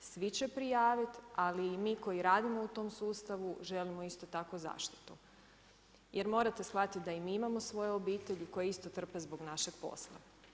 Svi će prijaviti, ali i mi koji radimo u tom sustavu želimo isto tako zaštitu jer morate shvatiti da i mi imamo svoje obitelji koji isto trpe zbog našeg posla.